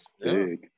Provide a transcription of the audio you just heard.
big